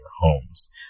homes